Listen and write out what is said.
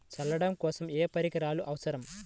చల్లడం కోసం ఏ పరికరాలు అవసరం?